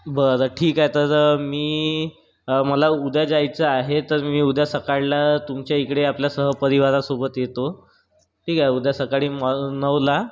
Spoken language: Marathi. बरं ठीक आहे तर मी मला उद्या जायचं आहे तर मी उद्या सकाळला तुमच्या इकडे आपल्या सहपरिवारासोबत येतो ठीक आहे उद्या सकाळी मला नऊला